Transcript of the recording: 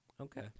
Okay